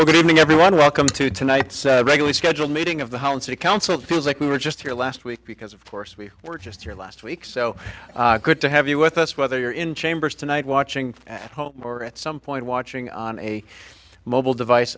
well good evening everyone welcome to tonight's regularly scheduled meeting of the house or council feels like we were just here last week because of course we were just here last week so good to have you with us whether you're in chambers tonight watching at home or at some point watching on a mobile device